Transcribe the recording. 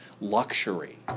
luxury